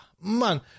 Man